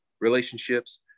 relationships